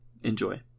Enjoy